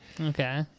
Okay